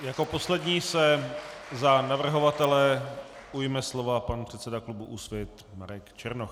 Jako poslední se za navrhovatele ujme slova pan předseda klubu Úsvit Marek Černoch.